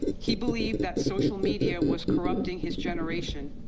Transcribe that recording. he believed that social media was corrupting his generation.